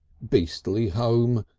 beastly home!